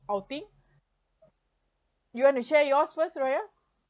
outing you want to share yours first raya